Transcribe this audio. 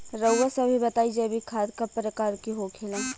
रउआ सभे बताई जैविक खाद क प्रकार के होखेला?